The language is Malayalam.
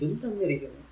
ഇതും തന്നിരിക്കുന്നു